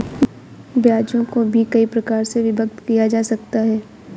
ब्याजों को भी कई प्रकार से विभक्त किया जा सकता है